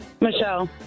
Michelle